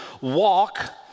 walk